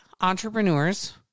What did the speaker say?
entrepreneurs